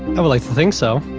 i would like to think so.